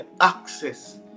access